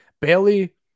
Bailey